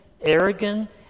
arrogant